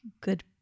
good